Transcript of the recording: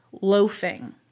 loafing